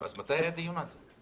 אז מתי היה דיון על זה?